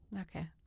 Okay